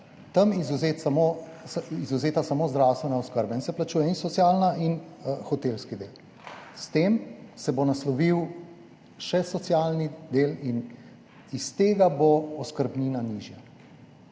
tam izvzeta samo zdravstvena oskrba in se plačuje in socialni in hotelski del. S tem se bo naslovil še socialni del in iz tega bo oskrbnina nižja.